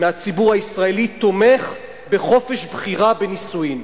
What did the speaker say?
מהציבור הישראלי תומך בחופש בחירה בנישואין.